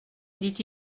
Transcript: dit